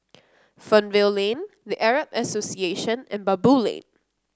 Fernvale Lane The Arab Association and Baboo Lane